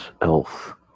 elf